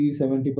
70%